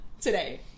today